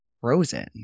frozen